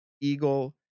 Eagle